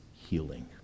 healing